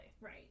Right